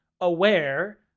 aware